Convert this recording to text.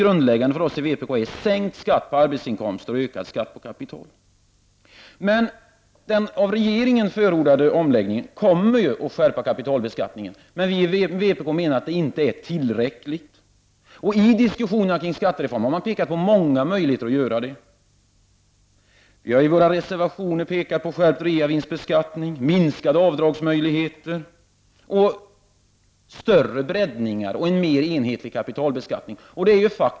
Grundläggande för oss i vpk är sänkt skatt på arbetsinkomster och höjd skatt på kapital. Den av regeringen förordade omläggningen kommer att skärpa kapitalbeskattningen. Vi i vpk menar dock att den inte gör det tillräckligt mycket. I diskussionerna kring skattereformen har man pekat på många möjligheter att göra det. I vår reservation har vi pekat på möjligheten av skärpt reavinstbeskattning, minskade avdragsmöjligheter, större breddningar och en mer enhetlig kapitalbeskattning.